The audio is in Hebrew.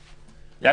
זה?